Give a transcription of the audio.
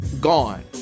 gone